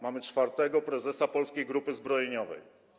Mamy czwartego prezesa Polskiej Grupy Zbrojeniowej.